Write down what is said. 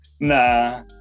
Nah